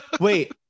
wait